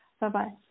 Bye-bye